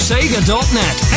Sega.net